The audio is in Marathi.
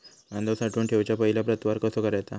कांदो साठवून ठेवुच्या पहिला प्रतवार कसो करायचा?